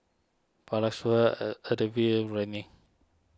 and Ocuvite Rene